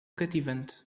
cativante